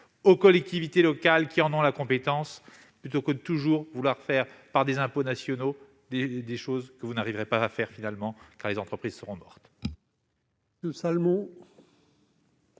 aux collectivités locales qui en ont la compétence, plutôt que de toujours vouloir faire, par des impôts nationaux, des choses qu'en définitive vous n'arriverez pas à faire, car les entreprises seront mortes.